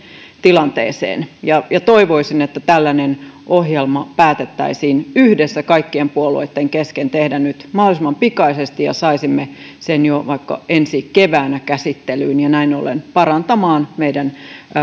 tilanteeseensa toivoisin että tällainen ohjelma päätettäisiin tehdä yhdessä kaikkien puolueitten kesken nyt mahdollisimman pikaisesti ja että saisimme sen jo vaikka ensi keväänä käsittelyyn ja näin ollen parantamaan